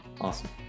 Awesome